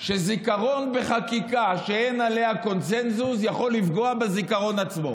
זיכרון בחקיקה שאין עליה קונסנזוס יכול לפגוע בזיכרון עצמו.